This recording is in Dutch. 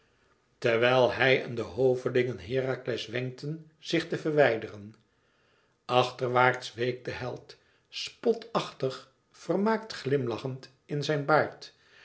terwijl hij en de hovelingen herakles wenkten zich te verwijderen achterwaarts week de held spotachtig vermaakt glimlachend in zijn baard